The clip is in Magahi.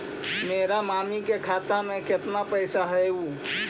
मेरा मामी के खाता में कितना पैसा हेउ?